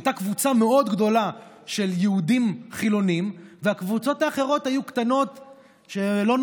הייתה קבוצה מאוד גדולה של יהודים חילונים והקבוצות האחרות היו קטנות,